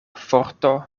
forto